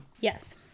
Yes